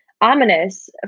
ominous